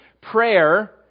Prayer